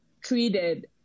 treated